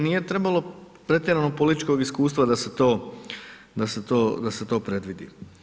To nije trebalo pretjerano političkog iskustva da se to predvidi.